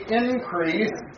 increase